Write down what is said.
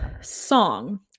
song